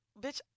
Bitch